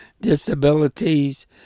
disabilities